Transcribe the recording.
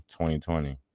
2020